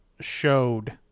showed